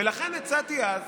לכן הצעתי אז